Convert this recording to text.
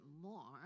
more